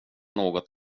något